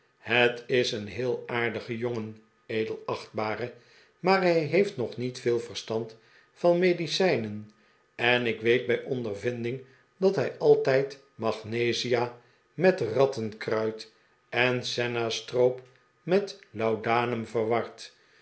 het is een heel aardige jongen edelachtbare maar hij heeft nog niet veel verstand van medicijnen en ik weet bij ondervinding dat hij altijd magnesia met rattenkruit en senna stroop met laudanum verwaft